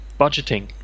budgeting